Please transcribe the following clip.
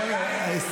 על היין, ועוד איך.